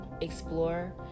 explore